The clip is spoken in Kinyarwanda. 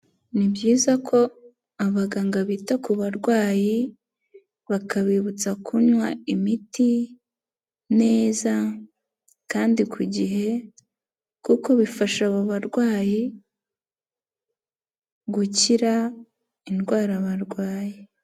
Ni byiza ko abaganga bita ku barwayi, bakabibutsa kunywa imiti neza kandi ku gihe, kuko bifasha abo barwayi gukira indwara barwaye.